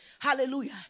Hallelujah